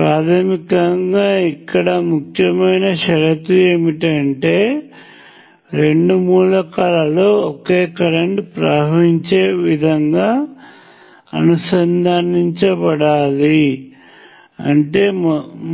ప్రాథమికంగా ఇక్కడ ముఖ్యమైన షరతు ఏమిటంటే రెండు మూలకాలలో ఒకే కరెంట్ ప్రవహించే విధంగా అనుసంధానించబడాలి అంటే